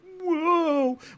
whoa